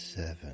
Seven